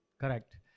correct